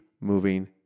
moving